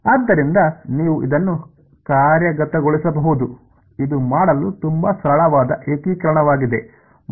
ಆದ್ದರಿಂದ ನೀವು ಇದನ್ನು ಕಾರ್ಯಗತಗೊಳಿಸಬಹುದು ಇದು ಮಾಡಲು ತುಂಬಾ ಸರಳವಾದ ಏಕೀಕರಣವಾಗಿದೆ